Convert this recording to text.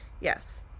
Yes